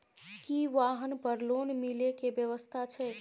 की वाहन पर लोन मिले के व्यवस्था छै?